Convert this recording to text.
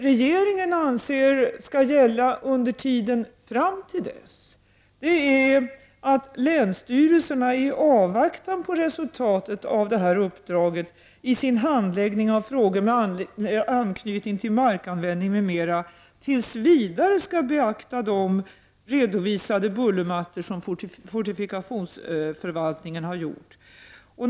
Regeringen anser att länsstyrelserna i avvaktan på resultatet av detta uppdrag i sin handläggning av frågor med anknytning till markanvändning m.m. tills vidare skall beakta de bullermattor som fortifikationsförvaltningen har redovisat.